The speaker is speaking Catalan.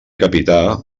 capità